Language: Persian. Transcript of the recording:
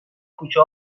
کوچه